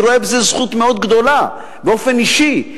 אני רואה בזה זכות מאוד גדולה באופן אישי,